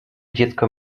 dziecko